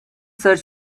search